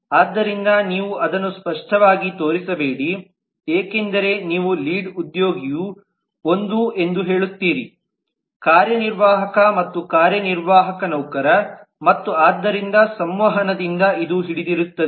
ಆದ್ದರಿಂದ ನೀವು ಅದನ್ನು ಸ್ಪಷ್ಟವಾಗಿ ತೋರಿಸಬೇಡಿ ಏಕೆಂದರೆ ನೀವು ಲೀಡ್ ಉದ್ಯೋಗಿವು ಒಂದು ಎಂದು ಹೇಳುತ್ತೀರಿ ಕಾರ್ಯನಿರ್ವಾಹಕ ಮತ್ತು ಕಾರ್ಯನಿರ್ವಾಹಕ ನೌಕರ ಮತ್ತು ಆದ್ದರಿಂದ ಸಂವಹನದಿಂದ ಇದು ಹಿಡಿದಿರುತ್ತದೆ